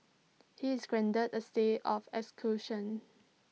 he is granted A stay of execution